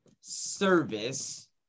service